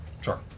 Sure